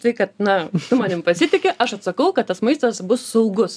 tai kad na tu manim pasitiki aš atsakau kad tas maistas bus saugus